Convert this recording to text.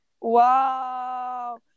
Wow